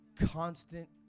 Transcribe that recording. constant